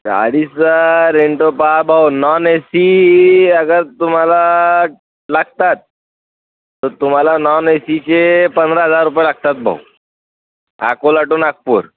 गाडीचा रेंट पहा बुवा नॉन एसी अगर तुम्हाला लागतात तर तुम्हाला नॉन एसीचे पंधरा हजार रुपये लागतात भाऊ अकोला टू नागपूर